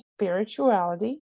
spirituality